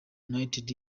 united